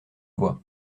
voix